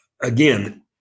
again